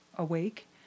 awake